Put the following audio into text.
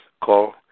Call